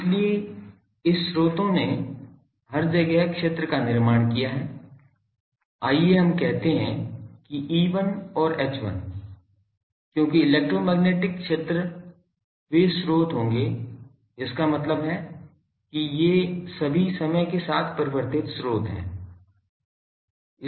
इसलिए इस स्रोतों ने हर जगह क्षेत्र का निर्माण किया है आइए हम कहते हैं कि E1 और H1 क्योंकि इलेक्ट्रोमैग्नेटिक् क्षेत्र वे स्रोत होंगे इसका मतलब है कि ये सभी समय के साथ परिवर्तित स्रोत हैं